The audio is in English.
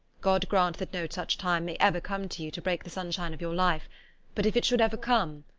god grant that no such time may ever come to you to break the sunshine of your life but if it should ever come,